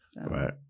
right